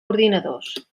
ordinadors